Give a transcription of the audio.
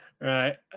Right